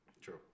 True